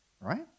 Right